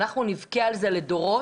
אנחנו נבכה על זה לדורות.